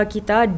Kita